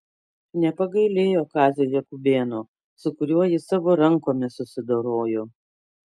nepagailėjo kazio jakubėno su kuriuo jis savo rankomis susidorojo